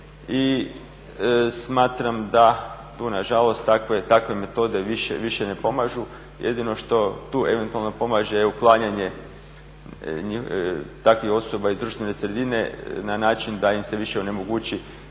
i smatram da tu nažalost takve metode više ne pomažu. Jedino što tu eventualno pomaže je uklanjanje takvih osoba iz društvene sredine na način da im se više onemogući